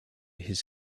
his